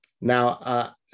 Now